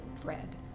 dread